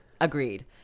Agreed